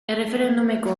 erreferendumeko